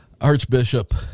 Archbishop